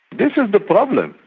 this is the problem.